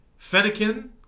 Fennekin